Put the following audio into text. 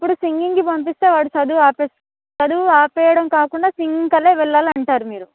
ఇప్పుడు సింగింగ్కి పంపిస్తే వాడు చదువు ఆపేసి చదువు ఆపేయడం కాకుండా సింగింగ్కు వెళ్ళాలి అంటారు మీరు